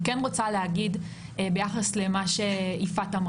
אני כן רוצה להגיד ביחס לדבריה של יפעת.